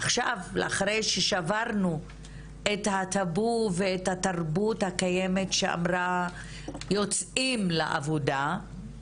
עכשיו אחרי ששברנו את הטאבו ואת התרבות הקיימת שאמרה "יוצאים לעבודה".